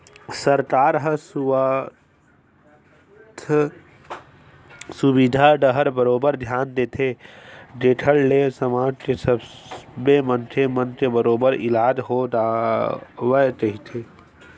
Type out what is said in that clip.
सरकार ह सुवास्थ सुबिधा डाहर बरोबर धियान देथे जेखर ले समाज के सब्बे मनखे मन के बरोबर इलाज हो जावय कहिके